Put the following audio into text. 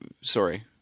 Sorry